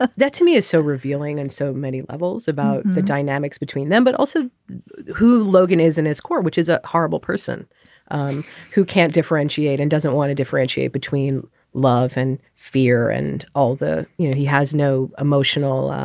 ah that to me is so revealing and so many levels about the dynamics between them but also who logan is in his court which is a horrible person who can't differentiate and doesn't want to differentiate between love and fear and all that. you know he has no emotional